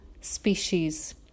species